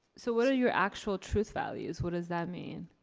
so what are your actual truth values? what does that mean?